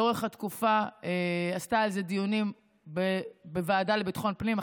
ולאורך התקופה עשתה על זה דיונים בוועדת ביטחון הפנים,